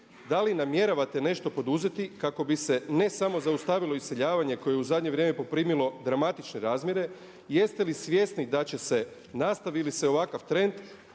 Da li namjeravate nešto poduzeti kako bi se ne samo zaustavilo iseljavanje koje je u zadnje vrijeme poprimilo dramatične razmjere i jeste li svjesni da će se nastavi li se ovakav trend